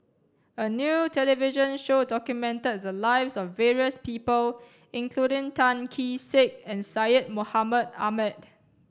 a new television show documented the lives of various people including Tan Kee Sek and Syed Mohamed Ahmed